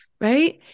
right